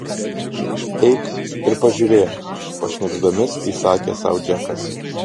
eik ir pažiūrėk pašnibždomis įsakė sau džekas